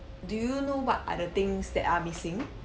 do you know what are the things that are missing